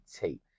tape